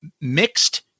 mixed